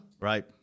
Right